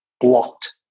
blocked